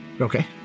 Okay